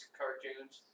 cartoons